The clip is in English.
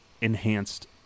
enhanced